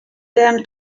them